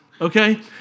okay